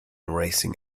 racing